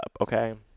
okay